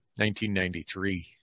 1993